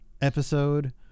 episode